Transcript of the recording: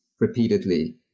repeatedly